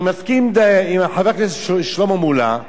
אני מסכים עם חבר הכנסת שלמה מולה,